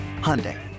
Hyundai